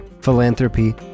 philanthropy